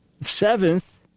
Seventh